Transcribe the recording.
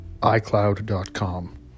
iCloud.com